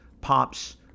pops